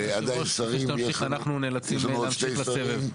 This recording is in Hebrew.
היושב-ראש, אנחנו נאלצים להמשיך בסבב.